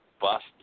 bust